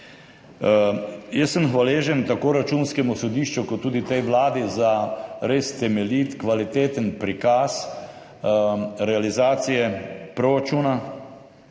zdrav. Hvaležen sem tako Računskemu sodišču kot tudi tej vladi za res temeljit, kvaliteten prikaz realizacije proračuna